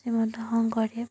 Srimanta Sankardev